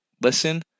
listen